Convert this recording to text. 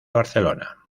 barcelona